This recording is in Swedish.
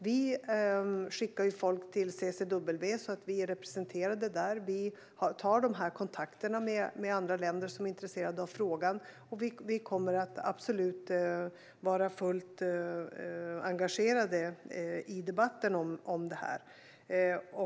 Vi skickar folk till CCW, så att vi är representerade där. Vi tar kontakter med andra länder som är intresserade av frågan. Vi kommer absolut att vara fullt engagerade i debatten om detta.